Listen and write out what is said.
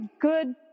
good